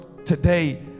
today